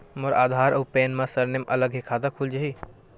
मोर आधार आऊ पैन मा सरनेम अलग हे खाता खुल जहीं?